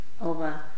over